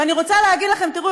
ואני רוצה להגיד לכם: תראו,